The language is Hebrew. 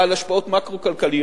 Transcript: בעל השפעות מקרו-כלכליות,